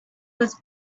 was